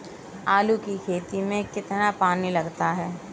आलू की खेती में कितना पानी लगाते हैं?